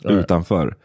utanför